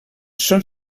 són